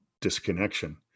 disconnection